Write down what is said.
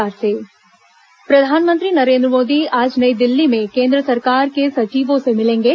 प्रधानमंत्री बैठक प्रधानमंत्री नरेन्द्र मोदी आज नई दिल्ली में केन्द्र सरकार के सचिवों से मिलेंगे